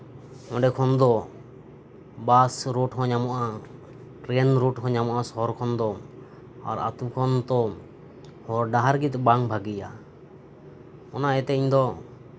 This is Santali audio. ᱚᱱᱰᱮ ᱠᱷᱚᱱ ᱫᱚ ᱵᱟᱥ ᱨᱳᱰ ᱦᱚᱸ ᱧᱟᱢᱚᱜᱼᱟ ᱴᱨᱮᱱ ᱨᱳᱰ ᱦᱚᱸ ᱧᱟᱢᱚᱜᱼᱟ ᱥᱚᱦᱚᱨ ᱠᱷᱚᱱ ᱫᱚ ᱟᱨ ᱟᱹᱛᱩ ᱠᱷᱚᱱ ᱫᱚ ᱦᱚᱨ ᱰᱟᱦᱟᱨ ᱜᱮ ᱵᱟᱝ ᱵᱷᱟᱜᱮᱹᱭᱟ ᱚᱱᱟ ᱤᱭᱟᱹᱛᱮ ᱤᱧ ᱫᱚ